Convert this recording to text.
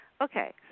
Okay